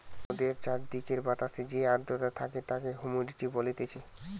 মোদের চারিদিকের বাতাসে যে আদ্রতা থাকে তাকে হুমিডিটি বলতিছে